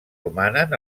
romanen